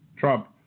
Trump